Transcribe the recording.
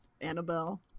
Annabelle